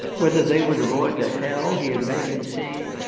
whether they would avoid the hell he had made them see?